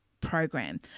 program